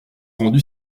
rendu